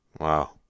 Wow